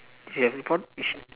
he have